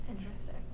interesting